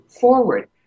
forward